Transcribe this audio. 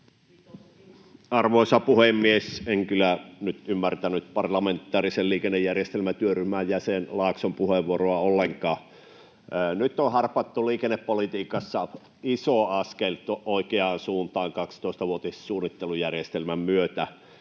Arvoisa puhemies! En kyllä nyt ymmärtänyt parlamentaarisen liikennejärjestelmätyöryhmän jäsen Laakson puheenvuoroa ollenkaan. Nyt on harpattu liikennepolitiikassa iso askel oikeaan suuntaan 12-vuotissuunnittelujärjestelmän myötä,